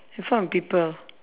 in front of people